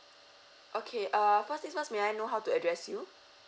okay uh first thing first may I know how to address you